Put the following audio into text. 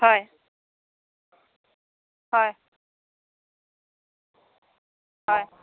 হয় হয় হয়